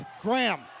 Graham